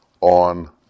on